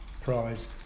prize